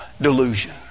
delusion